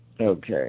Okay